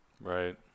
Right